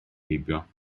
heibio